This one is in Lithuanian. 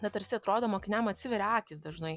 na tarsi atrodo mokiniam atsiveria akys dažnai